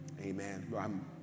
Amen